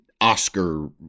Oscar